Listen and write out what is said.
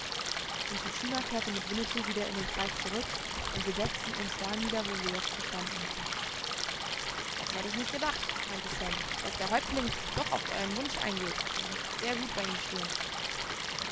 tschuna kehrte mit winnetou wieder in den kreis zurück und wir setzten uns da nieder wo wir jetzt gestanden hatten das hätte ich nicht gedacht meinte sam daß der häuptling doch auf euren wunsch eingeht ihr müßt sehr gut bei ihm stehen